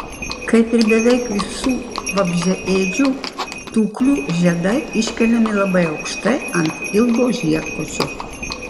kaip ir beveik visų vabzdžiaėdžių tuklių žiedai iškeliami labai aukštai ant ilgo žiedkočio